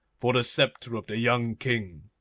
for the sceptre of the young king